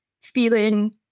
feeling